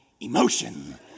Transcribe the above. emotion